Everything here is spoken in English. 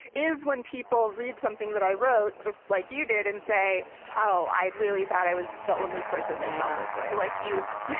is when people read something that i wrote, just like you did, and say, oh, i really thought i was the only person that felt this way. like you've